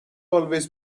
always